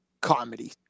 comedy